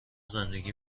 زندگی